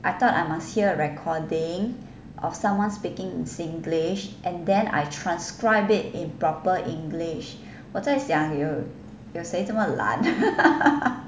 I thought I must hear a recording of someone speaking in singlish and then I transcribe it in proper english 我在想有有谁这么